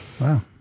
Wow